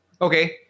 Okay